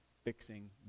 fixing